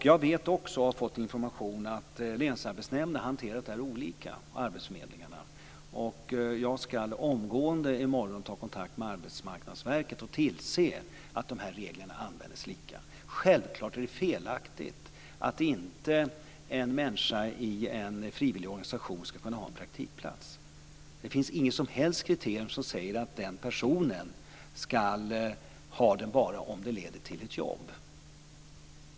Jag har fått information om att länsarbetsnämnderna och arbetsförmedlingarna har hanterat dessa åtgärder olika. Jag skall omgående, i morgon, ta kontakt med Arbetsmarknadsverket och tillse att reglerna tillämpas lika. Självklart är det felaktigt att en person inte skall kunna ha praktikplats i en frivilligorganisation. Det finns inget som helst kriterium som säger att en person skall ha det bara om det leder till ett jobb.